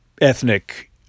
ethnic